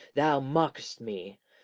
thou mock'st me.